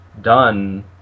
done